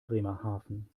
bremerhaven